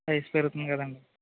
వయసు పెరుగుతుంది కదండీ